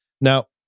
Now